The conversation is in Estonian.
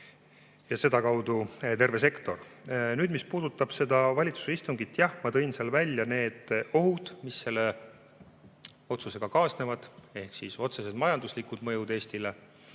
ja sedakaudu terve sektor. Mis puudutab seda valitsuse istungit, siis jah, ma tõin seal välja ohud, mis selle otsusega kaasnevad, ehk otsesed majanduslikud mõjud Eestile,